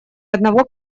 одного